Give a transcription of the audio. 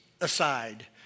aside